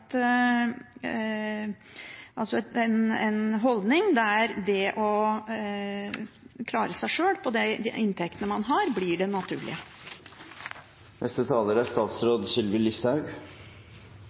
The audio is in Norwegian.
en holdning der det å klare seg sjøl på de inntektene man har, blir det naturlige. Det er i dag utfordringer i introduksjonsprogrammet og opplæringen i norsk og samfunnskunnskap. Resultatene er